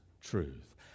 truth